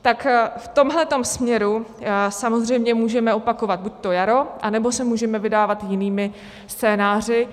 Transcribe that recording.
Tak v tomhle tom směru samozřejmě můžeme opakovat buďto jaro, anebo se můžeme vydávat jinými scénáři.